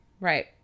Right